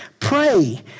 Pray